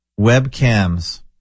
webcams